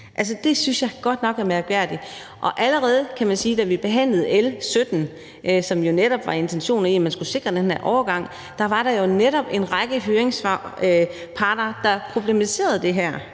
Det synes jeg godt nok er mærkværdigt. Og allerede da vi behandlede L 17, hvor intentionen jo netop var, at man skulle sikre den her overgang, var der en række høringsparter, der problematiserede det her,